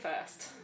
First